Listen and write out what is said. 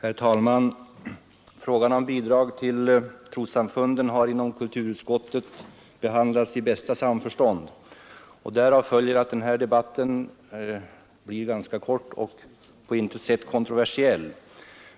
Herr talman! Frågan om bidrag till trossamfunden har inom kulturutskottet behandlats i bästa samförstånd. Därav följer att den här debatten blir ganska kort och på intet sätt kontroversiell.